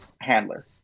handler